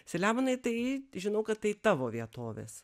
selemonai tai žinau kad tai tavo vietovės